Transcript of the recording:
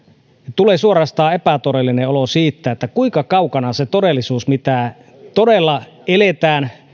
tulee suorastaan epätodellinen olo siitä kuinka kaukana on se todellisuus mitä todella eletään